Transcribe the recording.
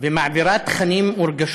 ומעבירה תכנים ורגשות.